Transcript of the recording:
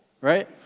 right